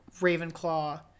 Ravenclaw